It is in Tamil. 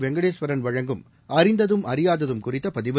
வெங்கடேஸ்வரன் வழங்கும் அறிந்ததும் அறியாததும் குறித்த பதிவு